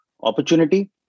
opportunity